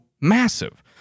massive